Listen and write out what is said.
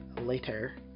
later